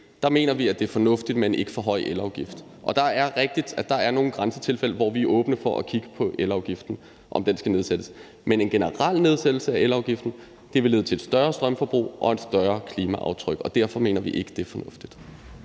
– mener vi det er fornuftigt med en ikke for høj elafgift. Og det er rigtigt, at der er nogle grænsetilfælde, hvor vi er åbne for at kigge på, om elafgiften skal sættes ned. Men en generel nedsættelse af elafgiften vil lede til et større strømforbrug og et større klimaaftryk, og derfor mener vi ikke, det er fornuftigt.